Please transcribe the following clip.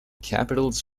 capitals